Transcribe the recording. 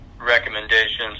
recommendations